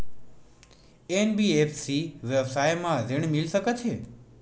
NBFC व्यवसाय मा ऋण मिल सकत हे